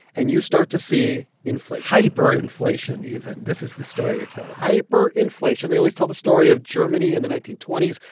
and you start to see inflation hyperinflation, even this is the story you're told hyperinflation. they always tell the story of germany in the nineteen twenty s,